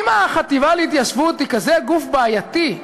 אם החטיבה להתיישבות היא כזה גוף בעייתי,